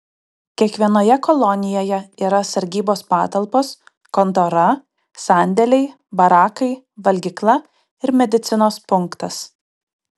kiekvienoje kolonijoje yra sargybos patalpos kontora sandėliai barakai valgykla ir medicinos punktas